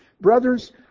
Brothers